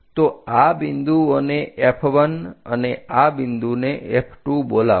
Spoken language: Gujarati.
તો આ બિન્દુઓને F1 અને આ બિંદુને F2 બોલાવો